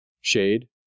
shade